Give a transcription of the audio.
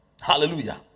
Hallelujah